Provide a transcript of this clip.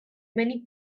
many